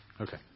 Okay